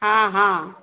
हँ हँ